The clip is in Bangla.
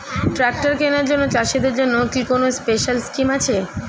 ট্রাক্টর কেনার জন্য চাষিদের জন্য কি কোনো স্পেশাল স্কিম আছে?